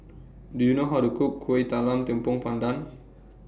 Do YOU know How to Cook Kuih Talam Tepong Pandan